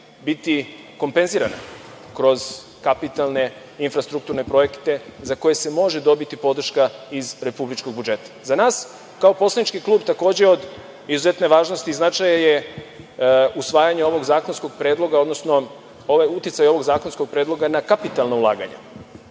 biti kompenzirana kroz kapitalne infrastrukturne projekte za koje se može dobiti podrška iz republičkog budžeta. Za nas kao poslanički klub, takođe je od izuzetne važnosti i značaja je usvajanje ovog zakonskog predloga, odnosno uticaja ovog zakonskog predloga na kapitalna ulaganja. Dakle,